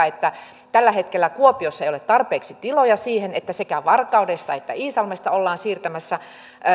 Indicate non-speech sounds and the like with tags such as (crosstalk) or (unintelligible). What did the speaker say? (unintelligible) että tällä hetkellä kuopiossa ei ole tarpeeksi tiloja siihen että sekä varkaudesta että iisalmesta ollaan siirtämässä